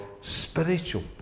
spiritual